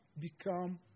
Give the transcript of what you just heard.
become